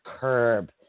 curb